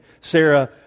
Sarah